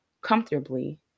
comfortably